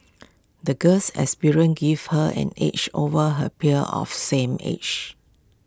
the girl's experiences gave her an edge over her peers of same age